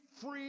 free